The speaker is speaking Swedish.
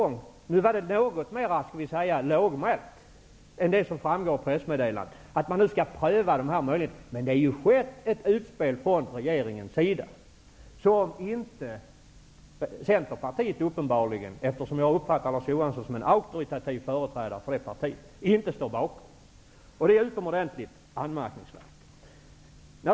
Nu var det något mer lågmält än i pressmeddelandet, men när Per Unckel talar om att man skall pröva dessa möjligheter är det ett utspel från regeringens sida, som Centerpartiet uppenbarligen inte står bakom -- jag uppfattar Larz Johansson som en auktoritativ företrädare för det partiet. Detta är utomordentligt anmärkningsvärt.